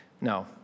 No